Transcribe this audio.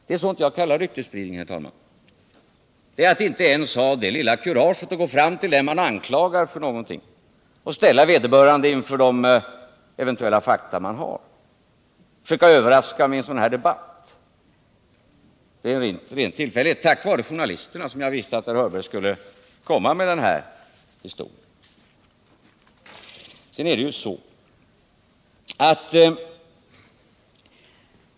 Det är sådant jag kallar ryktesspridning, herr talman, att inte ens ha det lilla kuraget att gå fram till den man anklagar för någonting och ställa vederbörande inför de eventuella fakta man har utan i stället försöka överraska med dem vid en sådan här debatt. Det är av en ren tillfällighet och tack vare journalisterna jag visste att herr Hörberg skulle komma med den här historien.